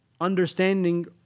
understanding